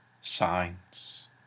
signs